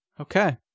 Okay